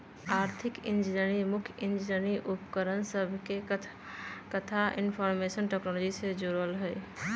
आर्थिक इंजीनियरिंग मुख्य इंजीनियरिंग उपकरण सभके कथा इनफार्मेशन टेक्नोलॉजी से जोड़ल हइ